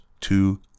two